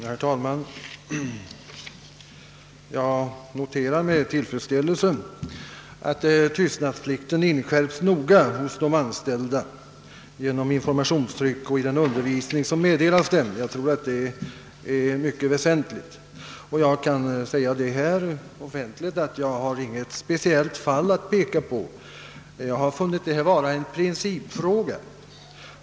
Herr talman! Jag noterar med tillfredsställelse att tystnadsplikten noga inskärpes hos de anställda genom informationstryck och i den undervisning som meddelas dem. Jag tror att det är mycket väsentligt. Jag kan säga här offentligt att jag inte kan peka på något speciellt fall. Jag har funnit detta vara en principfråga.